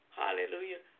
hallelujah